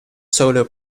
solo